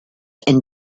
and